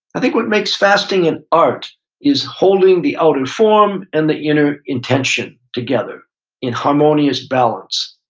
i think what makes fasting an art is holding the outer form and the inner intention together in harmonious balance.